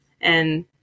And-